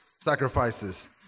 sacrifices